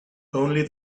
only